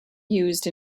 used